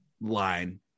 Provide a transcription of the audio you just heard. line